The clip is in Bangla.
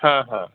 হ্যাঁ হ্যাঁ